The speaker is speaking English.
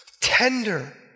tender